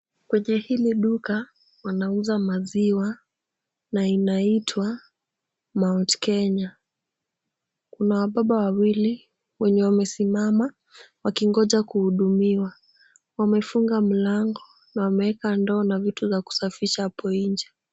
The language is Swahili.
Kwenye hili duka wanauza maziwa na inaitwa Mt Kenya. Kuna wababa wawili wenye wamesimama wakingoja kuhudumiwa. Wamefunga mlango na wmeweka ndoo na vitu za kusafisha hapo nje.